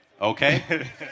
Okay